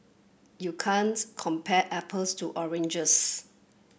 you can't compare apples to oranges